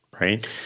Right